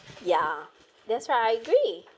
ya that's why I agree